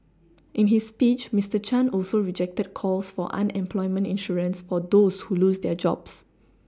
in his speech Mister Chan also rejected calls for unemployment insurance for those who lose their jobs